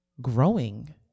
growing